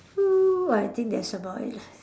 hmm I think that's about it lah